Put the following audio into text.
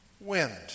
wind